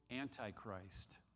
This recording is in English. Antichrist